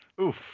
Oof